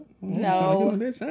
No